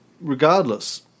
regardless